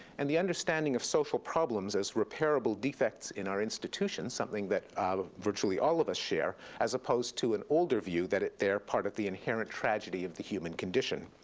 and the understanding of social problems as repairable defects in our institutions, something that virtually all of us share, as opposed to an older view that they are part of the inherent tragedy of the human condition.